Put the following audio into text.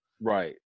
Right